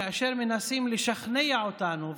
כאשר מנסים לשכנע אותנו,